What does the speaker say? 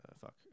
Fuck